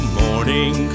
morning